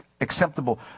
acceptable